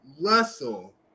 Russell